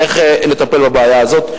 איך לטפל בבעיה הזאת.